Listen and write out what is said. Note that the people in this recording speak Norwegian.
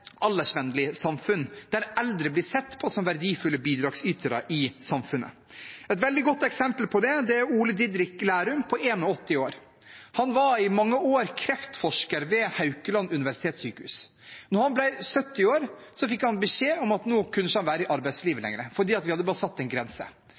aldersvennlig samfunn, der eldre blir sett på som verdifulle bidragsytere i samfunnet. Et veldig godt eksempel på det er Ole Didrik Lærum på 81 år. Han var i mange år kreftforsker ved Haukeland universitetssykehus. Da han ble 70 år, fikk han beskjed om at nå kunne han ikke være i arbeidslivet